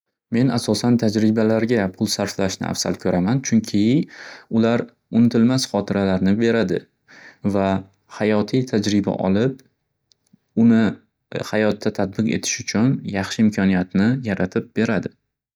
Men asosan tajribalarga pul sarflashni afzal ko'raman, chunki unitilmas xotiralarni beradi va hoyotiy tajriba olib uni hayotda tatbiq etish uchun yaxshi imkoniyatni yaratib beradi.